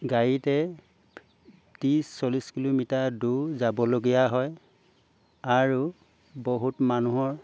গাড়ীতে ত্ৰিছ চল্লিছ কিলোমিটাৰ দূৰ যাবলগীয়া হয় আৰু বহুত মানুহৰ